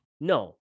No